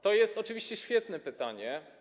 To jest oczywiście świetne pytanie.